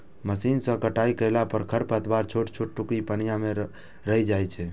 machine सं कटाइ कयला पर खरपतवारक छोट छोट टुकड़ी पानिये मे रहि जाइ छै